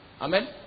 Amen